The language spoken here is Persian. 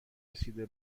رسیده